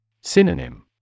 Synonym